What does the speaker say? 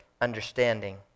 understanding